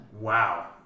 Wow